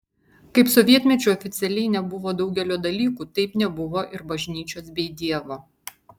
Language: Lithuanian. kaip sovietmečiu oficialiai nebuvo daugelio dalykų taip nebuvo ir bažnyčios bei dievo